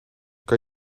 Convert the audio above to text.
kan